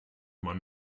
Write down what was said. man